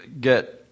get